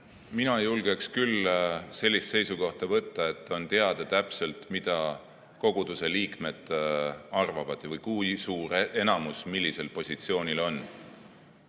Mina ei julgeks küll sellist seisukohta võtta, et on teada täpselt, mida koguduse liikmed arvavad või kui suur enamus millisel positsioonil on.